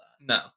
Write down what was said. No